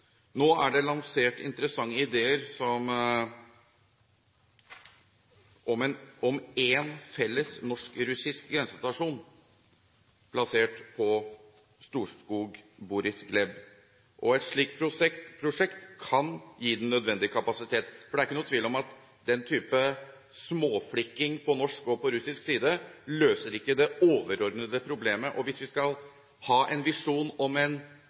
Nå er det lansert interessante ideer om én felles norsk-russisk grensestasjon plassert på Storskog – Boris Gleb. Et slikt prosjekt kan gi den nødvendige kapasitet, for det er ikke noen tvil om at den typen småflikking på norsk og russisk side ikke løser det overordnede problemet. Hvis vi skal ha en visjon om visumfrihet i forholdet Norge/Russland og Schengen/Russland, må vi innstille oss på en